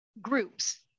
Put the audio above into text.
groups